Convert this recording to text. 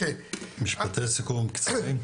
משפטי סיכום קצרים.